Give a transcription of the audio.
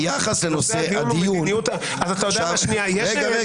נושא הדיון הוא מדיניות, אתה יודע מה?